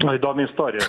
nu įdomią istoriją